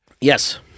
Yes